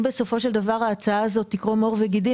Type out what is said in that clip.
אם בסופו של דבר ההצעה הזאת תקרום עור וגידים,